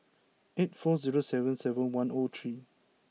eight four zero seven seven one O three